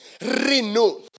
Renew